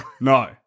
No